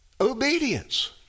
obedience